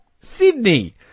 Sydney